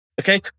okay